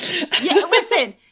listen